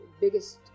biggest